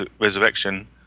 resurrection